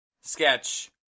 sketch